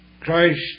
Christ